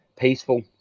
peaceful